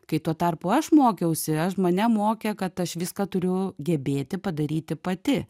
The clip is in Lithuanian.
kai tuo tarpu aš mokiausi aš mane mokė kad aš viską turiu gebėti padaryti pati